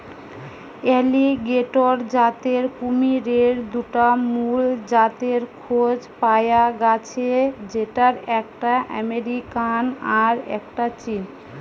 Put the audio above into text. alligator জাতের কুমিরের দুটা মুল জাতের খোঁজ পায়া গ্যাছে যেটার একটা আমেরিকান আর একটা চীনা